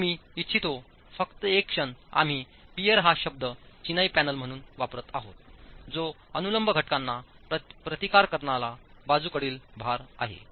तर मी इच्छितो फक्त एक क्षणआम्ही पियर हा शब्द चिनाई पॅनेल म्हणून वापरत आहोत जो अनुलंब घटकांना प्रतिकार करणारा बाजूकडील भार आहे